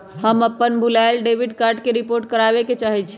हम अपन भूलायल डेबिट कार्ड के रिपोर्ट करावे के चाहई छी